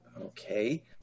okay